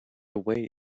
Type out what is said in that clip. away